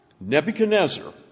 Nebuchadnezzar